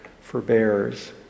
forbears